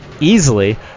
easily